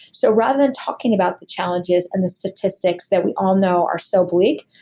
so rather than talking about the challenges and the statistics that we all know are so bleak,